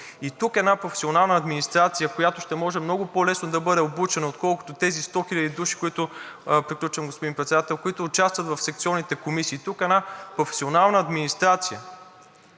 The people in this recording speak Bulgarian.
Тук една професионална администрация, която ще може по лесно да бъде обучена, отколкото тези 100 хиляди души, които участват в секционните комисии, една професионална администрация